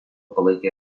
palaikė